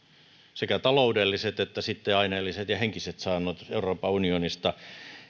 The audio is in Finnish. sekä taloudelliset että sitten aineelliset ja henkiset saannot euroopan unionista